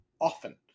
often